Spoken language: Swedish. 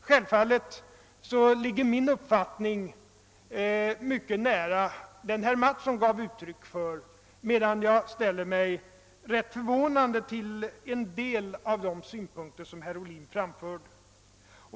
Självfallet ligger min uppfattning mycket nära den som herr Mattsson gav uttryck för medan jag ställer mig ganska förvånad inför en del av de synpunkter herr Ohlin framförde.